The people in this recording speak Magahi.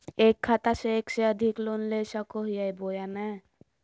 एक खाता से एक से अधिक लोन ले सको हियय बोया नय?